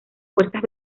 fuerzas